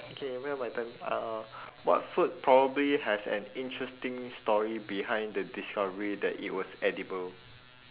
okay now my turn uh what food probably has an interesting story behind the discovery that it was edible